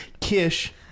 Kish